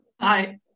Hi